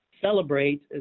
celebrate